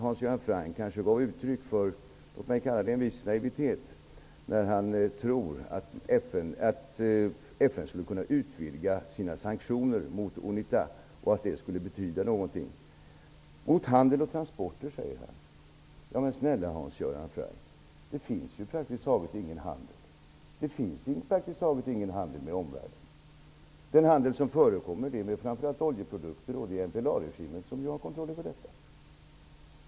Hans Göran Franck ger uttryck för en viss naivitet när han tror att FN skulle kunna utvidga sina sanktioner mot Unita och att det skulle betyda någonting. Han talar om sanktioner mot handel och transporter. Men snälla Hans Göran Franck: det finns ju praktiskt taget ingen handel med omvärlden! Den handel som förekommer gäller framför allt oljeprodukter, och det är MPLA regimen som har kontroll över den.